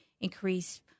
increase